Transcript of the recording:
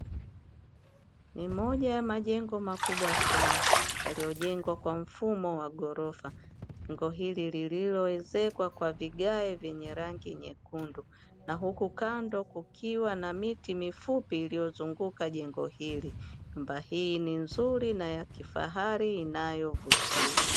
Ni moja ya majengo makubwa sana yaliyojengwa kwa mfumo wa ghorofa, jengo hili lililoezekwa kwa vigae vyenye rangi nyekundu na huku kando kukiwa na miti mifupi iliyozunguka jengo hili; nyumba hii ni nzuri na ya kifahari inayovutia.